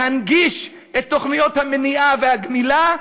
להנגיש את תוכניות המניעה והגמילה,